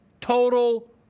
total